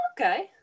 Okay